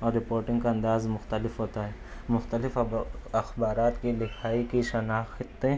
اور رپوٹنگ کا انداز مختلف ہوتا ہے مختلف اخبارات کے لکھائی کی شناختیں